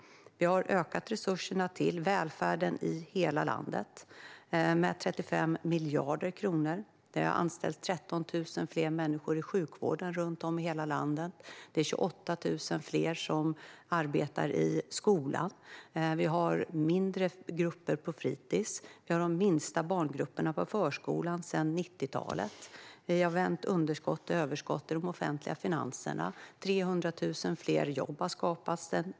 Vi har ökat resurserna till välfärden i hela landet med 35 miljarder kronor. Inom sjukvården i hela landet har 13 000 fler människor anställts. Inom skolan arbetar 28 000 fler. Vi har mindre grupper på fritis. Vi har de minsta barngrupperna på förskolan sedan 90-talet. Vi har vänt underskott till överskott i de offentliga finanserna. 300 000 fler jobb har skapats.